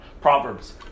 Proverbs